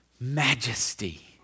Majesty